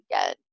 again